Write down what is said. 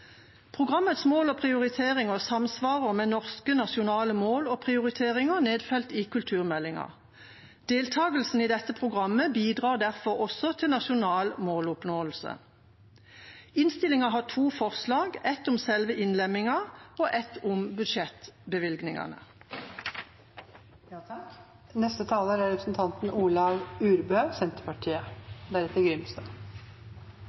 Programmets mål og prioriteringer samsvarer med norske nasjonale mål og prioriteringer nedfelt i kulturmeldinga. Deltakelsen i dette programmet bidrar derfor også til nasjonal måloppnåelse. Innstillinga har to forslag, ett om selve innlemmingen og ett om